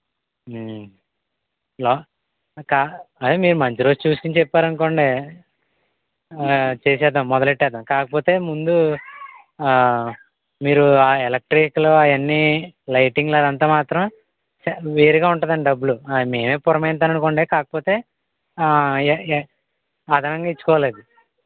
hello ఆ కా అదే మీరు మంచి రోజు చూసుకొని చెప్పారు అ కోండి ఆ చేసేద్దాం మొదలెట్టేద్దాము కాకపోతే ముందు మీరు ఆ ఎలక్ట్రికల్ అవన్ని లైటింగ్ అదంతా మాత్రం చా వేరుగా ఉంటుంది అండి డబ్బులు ఆ మేమే పురమాయిస్తాననుకోండి కాకపోతే ఆ ఏఏ అదనంగా ఇచ్చుకోవాలి అది